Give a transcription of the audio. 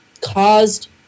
caused